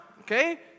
okay